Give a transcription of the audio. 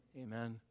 Amen